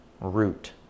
root